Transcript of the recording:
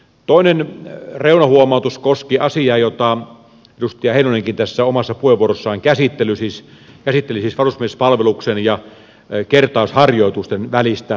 toinen reunahuomautus koski asiaa jota edustaja heinonenkin omassa puheenvuorossaan käsitteli siis varusmiespalveluksen ja kertausharjoitusten välistä suhdetta